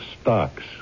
stocks